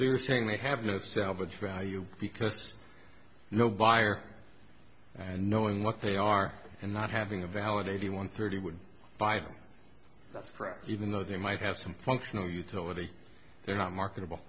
they're saying they have no salvage value because no buyer and knowing what they are and not having a valid eighty one thirty would buy them that's crap even though they might have some functional utility they're not marketable